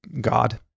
God